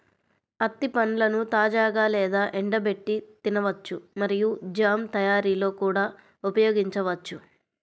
అత్తి పండ్లను తాజాగా లేదా ఎండబెట్టి తినవచ్చు మరియు జామ్ తయారీలో కూడా ఉపయోగించవచ్చు